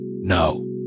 No